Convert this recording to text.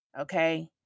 okay